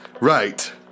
Right